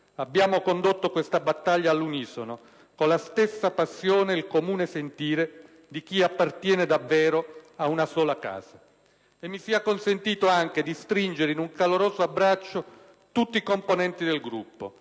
abbiamo condotto questa battaglia all'unisono, con la stessa passione e il comune sentire di chi appartiene davvero a una sola casa. Mi sia anche consentito di stringere in un caloroso abbraccio tutti i componenti del Gruppo.